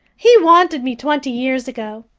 he wanted me twenty years ago.